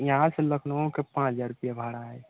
यहाँ से लखनऊ के पाँच हजार रुपिया भाड़ा है